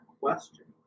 question